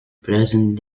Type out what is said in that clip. present